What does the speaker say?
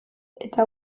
eta